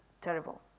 terrible